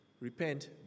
Repent